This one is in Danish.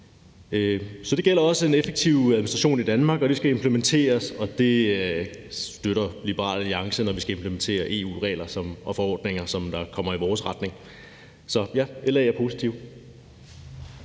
om at få en effektiv administration i Danmark. Det skal implementeres, og Liberal Alliance støtter det, når vi skal implementere EU-regler og forordninger, som kommer i vores retning. Så LA er positive